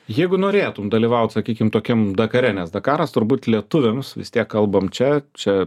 jeigu norėtum dalyvaut sakykim tokiam dakare nes dakaras turbūt lietuviams vis tiek kalbam čia čia